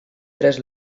tres